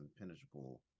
impenetrable